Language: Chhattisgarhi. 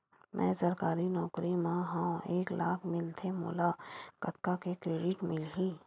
मैं सरकारी नौकरी मा हाव एक लाख मिलथे मोला कतका के क्रेडिट मिलही?